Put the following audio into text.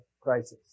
crisis